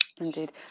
Indeed